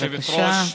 כבוד היושבת-ראש,